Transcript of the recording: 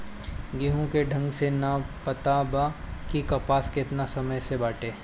केहू के ढंग से ना पता बा कि कपास केतना समय से बाटे